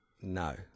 No